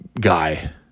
guy